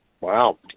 Wow